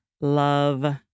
love